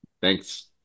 Thanks